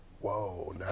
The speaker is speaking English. Whoa